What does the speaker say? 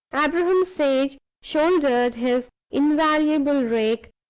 abraham sage shouldered his invaluable rake,